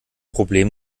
problem